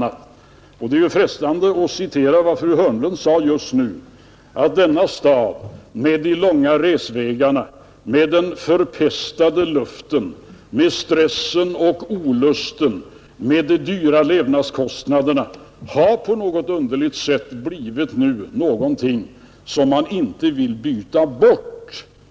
Det är frestande att hänvisa till vad fru Hörnlund sade nyss, nämligen att denna stad med de långa resvägarna, med den förpestade luften, med stressen och olusten och med de fördyrade levnadskostnaderna har blivit något som man